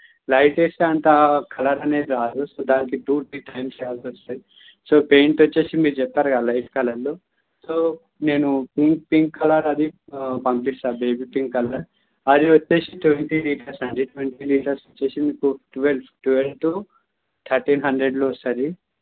light ఏస్తే అంత colour అనేది రాదు సో దానికి టూ త్రీ టైమ్స్ వేయాల్సొస్తది సో పెయింట్ వచ్చేసి మీరు చెప్పారు కదా లైట్ కలర్లు సో నేను పింక్ పింక్ కలర్ అది పంపిస్తా బేబీ పింక్ కలర్ అది వచ్చేసి ట్వంటీ లీటర్స్ అండి ట్వంటీ లీటర్స్ వచ్చేసి మీకు టువల్ టువల్ టూ థర్టీన్ హండ్రెడ్లో వస్తది